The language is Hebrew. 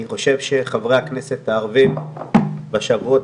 אני חושב שחברי הכנסת הערבים בשבועות